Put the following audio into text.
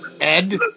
Ed